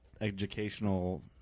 educational